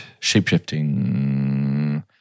Shapeshifting